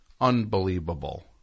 Unbelievable